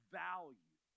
value